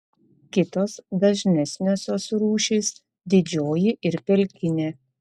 kitos dažnesniosios rūšys didžioji ir pelkinė